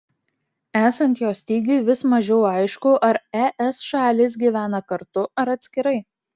esant jo stygiui vis mažiau aišku ar es šalys gyvena kartu ar atskirai